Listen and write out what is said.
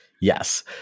Yes